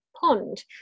pond